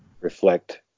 reflect